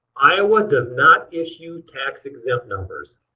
iowa does not issue tax exempt numbers.